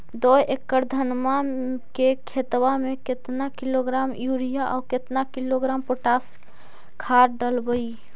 दो एकड़ धनमा के खेतबा में केतना किलोग्राम युरिया और केतना किलोग्राम पोटास खाद डलबई?